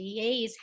DAs